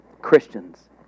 Christians